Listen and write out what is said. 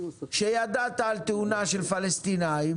שידעת על תאונה של פלסטינאים,